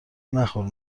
نخور